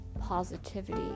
positivity